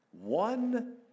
One